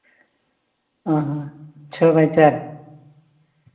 ᱚᱸᱻ ᱪᱷᱚᱭ ᱵᱟᱭ ᱪᱟᱨ